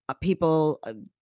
People